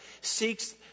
seeks